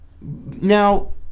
now